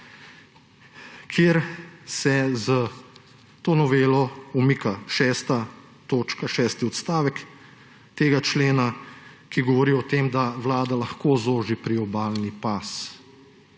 kjer se s to novelo umika šesti odstavek tega člena, ki govori o tem, da vlada lahko zoži priobalni pas.